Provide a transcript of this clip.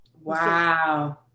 Wow